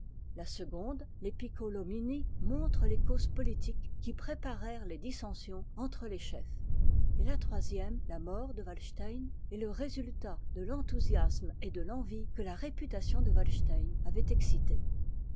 la seconde les piccolomini montre les causes politiques qui préparèrent les dissensions entre les chefs et la troisième la mort de a s ek est le résultat de l'enthousiasme et de l'envie que la réputation de walstein avait excités